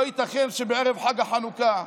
לא ייתכן שבערב חג החנוכה,